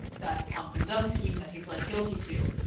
that pump-and-dump scheme that he pled guilty to.